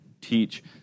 teach